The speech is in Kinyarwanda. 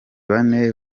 bane